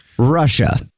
Russia